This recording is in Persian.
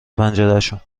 پنجرشون